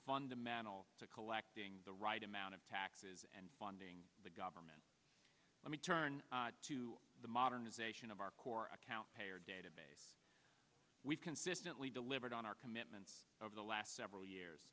fundamental to collecting the right amount of taxes and funding the government let me turn to the modernization of our core account payer database we've consistently delivered on our commitment over the last several years